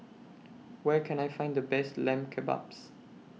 Where Can I Find The Best Lamb Kebabs